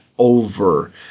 over